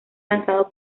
lanzado